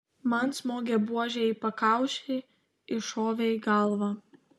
man smogė buože į pakaušį iššovė į galvą